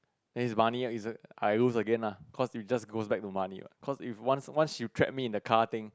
his money ah is a I lose again lah cause she just goes back to money cause if once once she trapped me in a car thing